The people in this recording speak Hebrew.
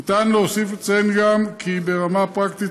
ניתן להוסיף ולציין גם כי ברמה הפרקטית